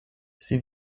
sie